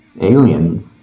Aliens